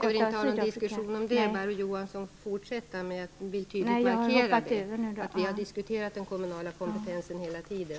Jag vill inte ha någon diskussion om detta, Barbro Johansson. Jag vill tydligt markera det. Vi har diskuterat den kommunala kompetensen hela tiden.